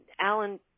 Alan